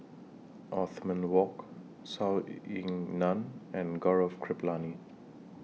Othman Wok Zhou Ying NAN and Gaurav Kripalani